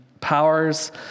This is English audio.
powers